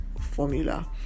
formula